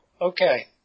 Okay